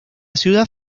ciudad